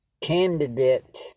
candidate